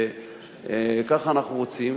כך אנחנו רוצים,